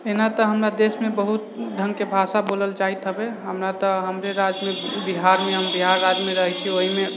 एना तऽ हमरा देशमे बहुत ढङ्गके भाषा बोलल जाइत हबे हमरा तऽ हमरे राज्यमे बिहारमे हम बिहार राज्यमे रहै छै ओहिमे